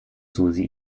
susi